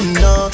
no